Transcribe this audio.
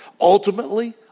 Ultimately